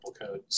code